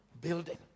building